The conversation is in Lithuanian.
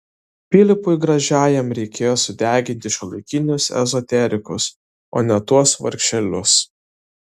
pilypui gražiajam reikėjo sudeginti šiuolaikinius ezoterikus o ne tuos vargšelius